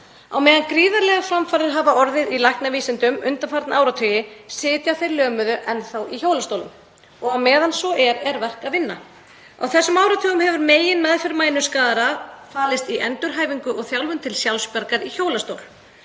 Á meðan gríðarlegar framfarir hafa orðið í læknavísindum undanfarna áratugi sitja þeir lömuðu enn þá í hjólastólum og á meðan svo er er verk að vinna. Á þessum áratugum hefur meginmeðferð við mænuskaða falist í endurhæfingu og þjálfun til sjálfsbjargar í hjólastól.